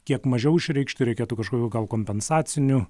kiek mažiau išreikšti reikėtų kažkokių gal kompensacinių